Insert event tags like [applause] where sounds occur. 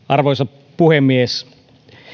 [unintelligible] arvoisa puhemies